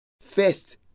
first